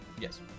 Yes